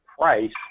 price